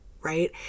Right